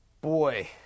Boy